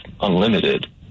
unlimited